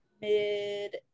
mid